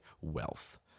wealth